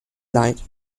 light